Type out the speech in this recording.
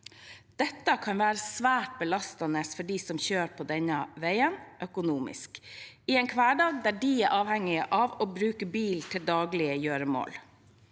Dette kan være svært belastende økonomisk for dem som kjører på denne veien, i en hverdag der de er avhengig av å bruke bil til daglige gjøremål.